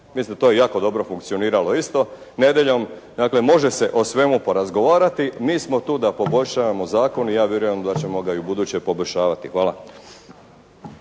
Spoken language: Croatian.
Mislim da je to jako dobro funkcioniralo isto nedjeljom. Dakle može se o svemu porazgovarati. Mi smo tu da poboljšavamo zakon i ja vjerujem da ćemo ga i ubuduće poboljšavati. Hvala.